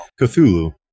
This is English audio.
Cthulhu